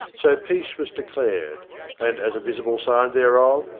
so peace was declared and, as a visible sign thereof,